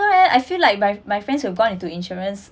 leh I feel like my my friends who gone into insurance